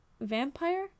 Vampire